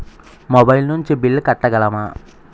Mobile నుంచి bill కట్టగలమ?